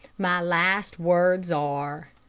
my last words are,